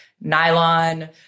Nylon